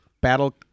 Battle